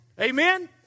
Amen